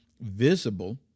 visible